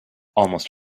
almost